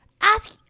Ask